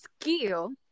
skill